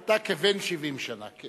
אתה "כבן שבעים שנה".